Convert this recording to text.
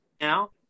now